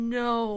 no